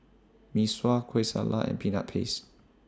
Mee Sua Kueh Salat and Peanut Paste